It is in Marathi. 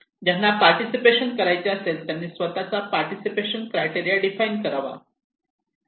ज्यांना पार्टिसिपेशन करायचे असेल त्यांनी स्वतःचा पार्टिसिपेशन क्रायटेरिया डिफाइन करावा